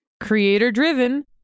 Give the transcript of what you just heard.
Creator-driven